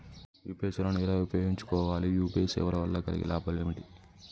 UPI సేవను ఎలా ఉపయోగించు కోవాలి? యూ.పీ.ఐ సేవల వల్ల కలిగే లాభాలు ఏమిటి?